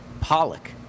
Pollock